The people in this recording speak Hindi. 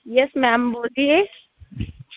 येस मैम बोलिये